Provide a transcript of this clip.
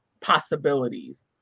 possibilities